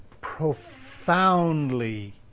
profoundly